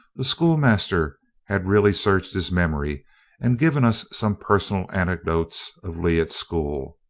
the schoolmaster had really searched his memory and given us some personal anecdotes of lee at school.